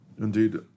Indeed